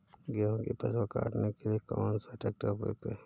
गेहूँ की फसल काटने के लिए कौन सा ट्रैक्टर उपयुक्त है?